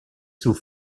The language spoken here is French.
sous